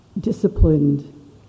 disciplined